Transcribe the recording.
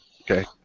Okay